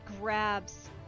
grabs